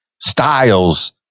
styles